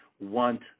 want